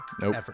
Nope